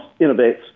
innovates